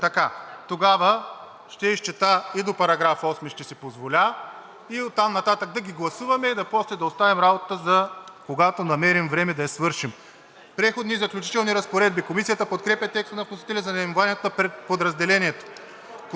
и ще изчета до § 8, а оттам нататък ще ги гласуваме и после ще оставим работата за когато намерим време да я свършим. „Преходни и заключителни разпоредби“. Комисията подкрепя текста на вносителя за наименованието на подразделението.